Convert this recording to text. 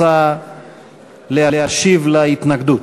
רוצה להשיב על ההתנגדות?